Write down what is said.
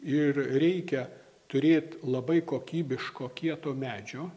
ir reikia turėt labai kokybiško kieto medžio